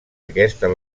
aquestes